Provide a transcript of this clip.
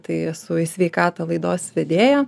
tai esu į sveikatą laidos vedėja